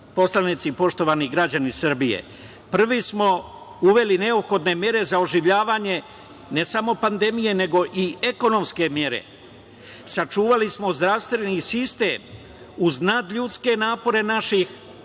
poslanici i poštovani građani Srbije? Prvi smo uveli neophodne mere za oživljavanje ne samo pandemije nego i ekonomske mere. Sačuvali smo zdravstveni sistem uz nadljudske napore naših medicinskih